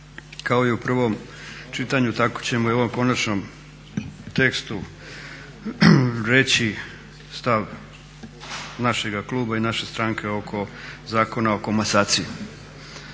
Kao i u prvom čitanju, tako ćemo i u ovom konačnom tekstu reći stav našega kluba i naše stranke oko Zakona o komasaciji.